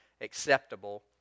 acceptable